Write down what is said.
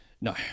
No